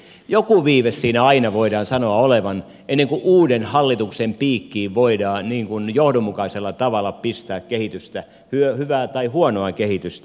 jonkun viiveen siinä aina voidaan sanoa olevan ennen kuin uuden hallituksen piikkiin voidaan johdonmukaisella tavalla pistää kehitystä hyvää tai huonoa kehitystä